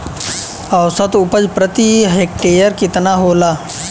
औसत उपज प्रति हेक्टेयर केतना होला?